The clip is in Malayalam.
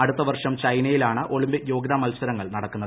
അടുത്ത വർഷം ചൈനയിലാണ് ഒളിമ്പിക് യോഗ്യതാ മത്സരങ്ങൾ നടക്കുന്നത്